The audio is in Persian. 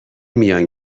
میان